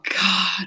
God